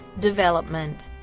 development